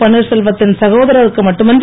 பன்வீர்செல்வ த்தின் சகோதரருக்கு மட்டுமின்றி